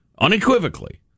unequivocally